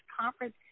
conference